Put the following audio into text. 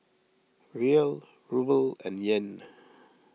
Riel Ruble and Yen